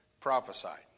prophesied